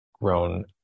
grown